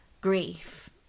grief